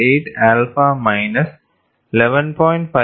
8 alpha minus 11